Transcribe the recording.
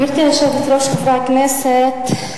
גברתי היושבת-ראש, חברי הכנסת,